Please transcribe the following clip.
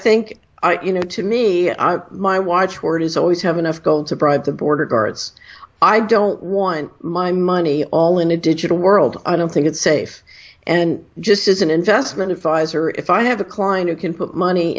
think you know to me i my watchword is always have enough gold to bribe the border guards i don't want my money all in a digital world i don't think it's safe and just as an investment advisor if i have a client who can put money